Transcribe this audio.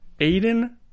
Aiden